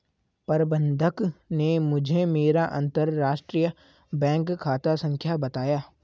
प्रबन्धक ने मुझें मेरा अंतरराष्ट्रीय बैंक खाता संख्या बताया